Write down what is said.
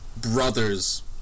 brothers